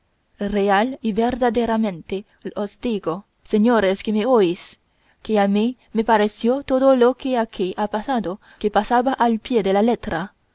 real y verdaderamente os digo señores que me oís que a mí me pareció todo lo que aquí ha pasado que pasaba al pie de la letra